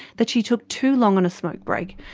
that she took too long on a smoke break,